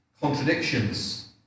contradictions